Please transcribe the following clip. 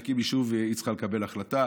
ובשביל להקים יישוב היא צריכה לקבל החלטה,